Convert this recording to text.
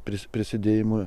prieš prisidėjimą